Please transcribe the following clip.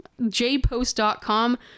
jpost.com